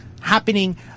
happening